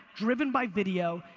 driven by video,